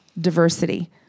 diversity